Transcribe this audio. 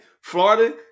Florida